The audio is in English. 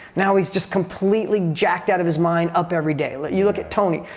now he's just completely jacked out of his mind, up everyday. but you look at tony.